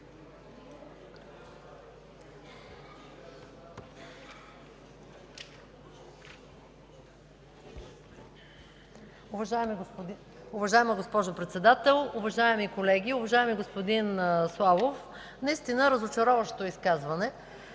Уважаема госпожо Председател, уважаеми колеги! Уважаеми господин Славов, наистина разочароващо изказване.